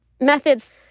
methods